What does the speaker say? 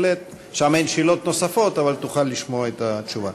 שם אין שאלות נוספות, אבל תוכל לשמוע את התשובה.